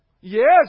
Yes